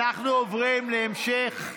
אנחנו עוברים להמשך.